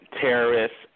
terrorists